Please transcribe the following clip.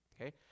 okay